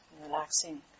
Relaxing